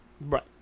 right